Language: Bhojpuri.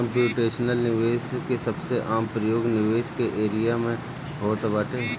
कम्प्यूटेशनल निवेश के सबसे आम प्रयोग निवेश के एरिया में होत बाटे